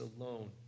alone